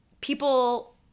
people